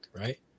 right